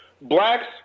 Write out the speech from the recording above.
Blacks